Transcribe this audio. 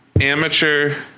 amateur